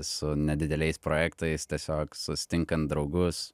su nedideliais projektais tiesiog susitinkant draugus